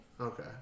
Okay